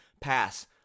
Pass